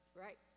right